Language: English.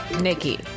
Nikki